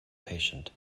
patient